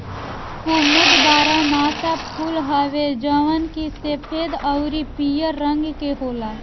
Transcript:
कुमुद बारहमासा फूल हवे जवन की सफ़ेद अउरी पियर रंग के होला